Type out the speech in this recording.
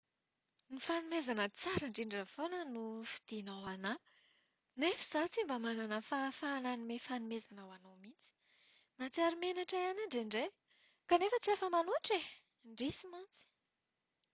Ny fanomezana tsara indrindra foana no fidinao ho anahy, nefa izaho tsy mba manana fahafahana hanome fanomezana ho anao mihitsy. Mahatsiaro menatra ihany aho indraindray kanefa tsy afa-manoatra e! Indrisy mantsy.